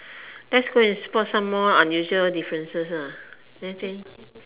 let's go and spot some more unusual differences ah